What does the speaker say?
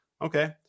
Okay